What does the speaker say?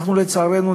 לצערנו,